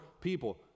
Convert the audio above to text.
people